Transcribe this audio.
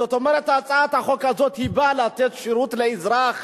זאת אומרת, הצעת החוק הזו באה לתת שירות לאזרח,